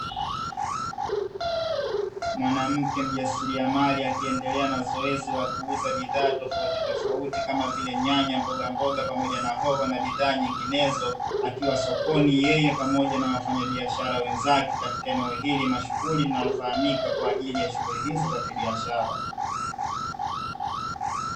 Mwanamke mjasiriamali akiendelea na zoezi la kuuza bidhaa tofautitofauti, kama vile; nyanya, mbogamboga pamoja na hoho na bidhaa nyinginezo. Akiwa sokoni, yeye pamoja na wafanyabiashara wenzake katika eneo hili mashuhuri linalofahamika kwa ajili ya shughuli hizo za kibiashara.